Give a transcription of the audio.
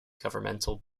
governmental